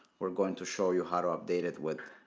we're going to show you how to update it with